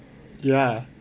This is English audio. ya